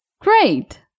Great